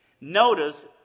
Notice